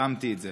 התאמתי את זה.